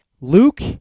Luke